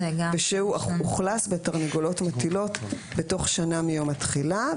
התשמ"א-1981 ושהוא אוכלס בתרנגולות מטילות בתוך שנה מיום התחילה.